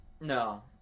No